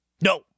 No